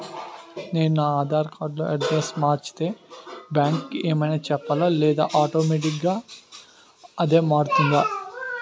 నేను నా ఆధార్ కార్డ్ లో అడ్రెస్స్ మార్చితే బ్యాంక్ కి ఏమైనా చెప్పాలా లేదా ఆటోమేటిక్గా అదే మారిపోతుందా?